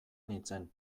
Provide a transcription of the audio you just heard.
nintzen